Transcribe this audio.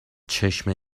چشم